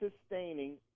sustaining